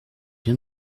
bien